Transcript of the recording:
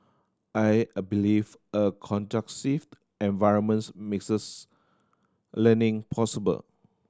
I a believe a conducive environments makes learning possible